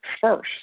first